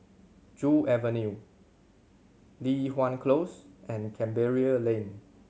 Joo Avenue Li Hwan Close and Canberra Lane